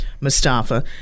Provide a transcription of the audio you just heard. Mustafa